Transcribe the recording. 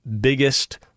biggest